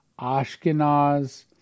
Ashkenaz